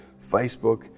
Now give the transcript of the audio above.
Facebook